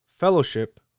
fellowship